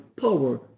power